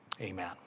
Amen